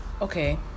Okay